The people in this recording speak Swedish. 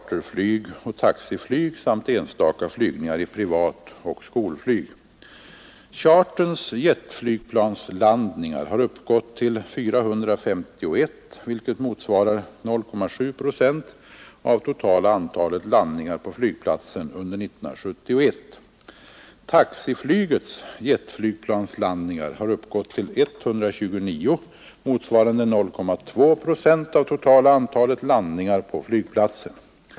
Taxiflygets jetflygplanslandningar har uppgått till 129, motsvarande 0,2 procent av totala antalet landningar på flygplatsen.